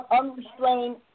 unrestrained